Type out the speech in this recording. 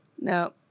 No